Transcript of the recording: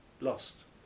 lost